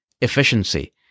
efficiency